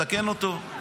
לתקן אותו.